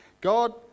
god